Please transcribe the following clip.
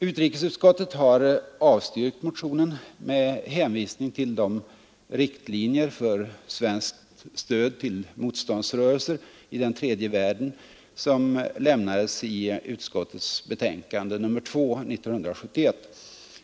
Utrikesutskottet har avstyrkt motionen med hänvisning till de riktlinjer för svenskt stöd till motståndsrörelser i den tredje världen som lämnades i utskottets betänkande nr 2 år 1971.